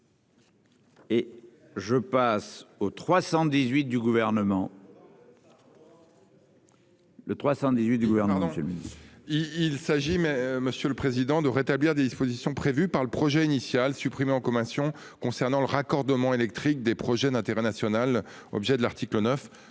Et je passe au 318 du gouvernement. Voilà. Le 318 du gouverneur dans. Il s'agit. Mais monsieur le président de rétablir des dispositions prévues par le projet initial supprimé en commission concernant le raccordement électrique des projets d'intérêt national. Objet de l'article 9,